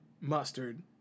mustard